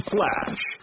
Flash